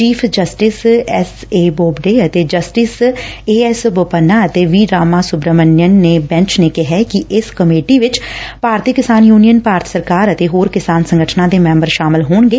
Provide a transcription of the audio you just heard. chief justice S A Bobde ਅਤੇ justice A S Bopanna V Rama Subramanian ਦੇ bench ਨੇ ਕਿਹੈ ਕਿ ਇਸ ਕਮੇਟੀ ਵਿਚ ਭਾਰਤੀ ਕਿਸਾਨ ਯੁਨੀਅਨ ਭਾਰਤ ਸਰਕਾਰ ਅਤੇ ਹੋਰ ਕਿਸਾਨ ਸੰਗਠਨਾਂ ਦੇ ਮੈਂਬਰ ਸ਼ਾਮਲ ਹੋਣਗੇ